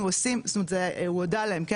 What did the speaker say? אנחנו עושים זאת אומרת הוא הודה להם כן